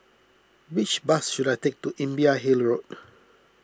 which bus should I take to Imbiah Hill Road